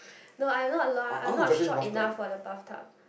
no I not long I'm not short enough for the bathtub